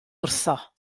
wrtho